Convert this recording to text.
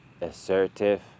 Assertive